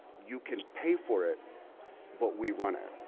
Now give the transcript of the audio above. you can pay for it but we run it.